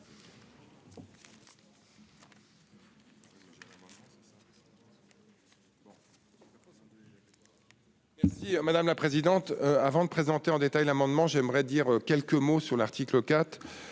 madame la présidente, avant de présenter cet amendement, j'aimerais dire quelques mots sur l'article 4.